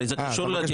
הרי זה קשור לדיון.